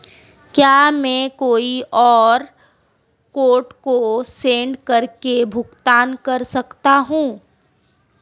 क्या मैं QR code को स्कैन करके भुगतान कर सकता हूं?